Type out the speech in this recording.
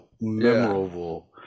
memorable